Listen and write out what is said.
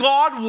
God